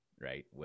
right